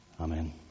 Amen